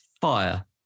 fire